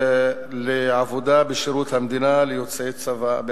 לעבודה בשירות המדינה ליוצאי צבא,